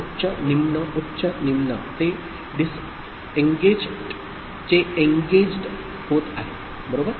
उच्च निम्न उच्च निम्न ते डिसएनगेज्ड चे एनगेज्ड होत आहे बरोबर